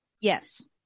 Yes